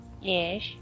Yes